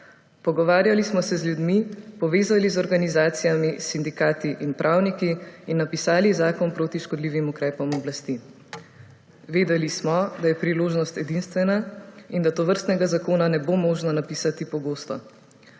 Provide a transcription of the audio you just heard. Pogovarjali smo se z ljudmi, povezali z organizacijami, sindikati in pravniki in napisali zakon proti škodljivim ukrepom oblasti. Vedeli smo, da je priložnost edinstvena in da tovrstnega zakona ne bo možno napisati pogosto.